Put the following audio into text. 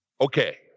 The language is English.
Okay